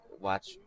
watch